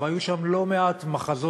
והיו שם לא מעט מחזות